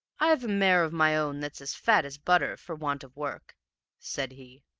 i've a mare of my own that's as fat as butter for want of work said he.